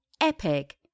Epic